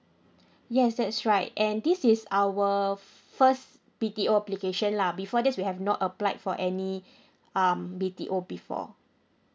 yes that's right and this is our first B_T_O application lah before this we have not applied for any um B_T_O before